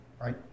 Right